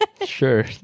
Sure